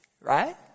right